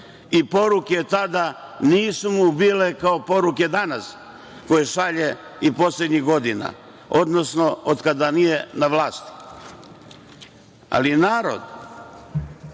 i poruke tada nisu mu bile kao poruke danas koje šalje, i poslednjih godina, odnosno od kada nije na vlasti. Narod